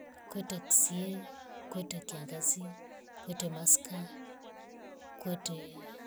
Kwetye ksie. kwetye kiangasi. kwetye masika na kwetye fuli.